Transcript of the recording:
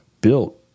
built